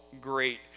great